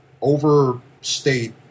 overstate